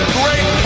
great